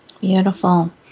Beautiful